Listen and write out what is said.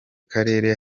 karere